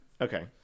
Okay